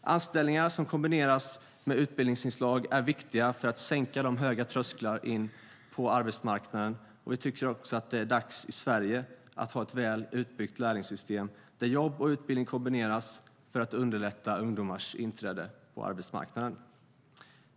Anställningar som kombineras med utbildningsinslag är viktiga för att sänka de höga trösklarna in på arbetsmarknaden, och vi tycker också att det är dags i Sverige att ha ett väl utbyggt lärlingssystem, där jobb och utbildning kombineras för att underlätta ungdomars inträde på arbetsmarknaden.